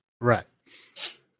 Right